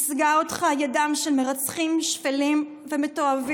השיגה אותך ידם של מרצחים שפלים ומתועבים,